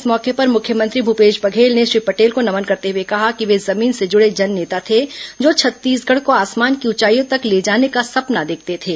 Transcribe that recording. इस मौके पर मुख्यमंत्री भूपेश बधेल ने श्री पटेल को नमन करते हुए कहा कि वे जमीन से जुड़े जन नेता थे जो छत्तीसगढ़ को आसमान की ऊंचाइयों तक ले जाने का सपना देखते थे